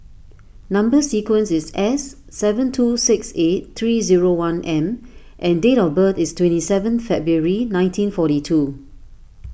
Number Sequence is S seven two six eight three zero one M and date of birth is twenty seven February nineteen forty two